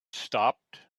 stopped